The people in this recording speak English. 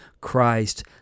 Christ